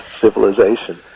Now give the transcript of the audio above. civilization